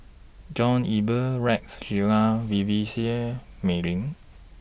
John Eber Rex Shelley Vivien Seah Mei Lin